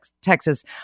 Texas